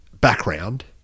background